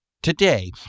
Today